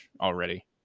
already